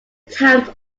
times